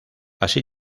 así